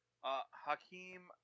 Hakeem